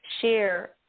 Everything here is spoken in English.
share